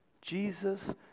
Jesus